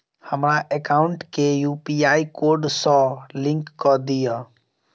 हमरा एकाउंट केँ UPI code सअ लिंक कऽ दिऽ?